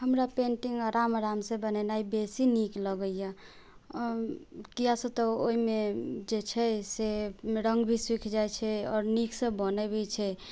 हमरा पेन्टिंग आराम से बनेनाइ बेसी नीक लगैया किया तऽ ओहिमे जे छै से रंग भी सुखि जाइ छै आओर नीक सऽ बनै भी छै